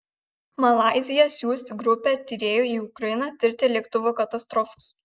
malaizija siųs grupę tyrėjų į ukrainą tirti lėktuvo katastrofos